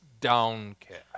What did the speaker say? downcast